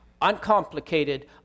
uncomplicated